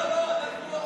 לא, לא.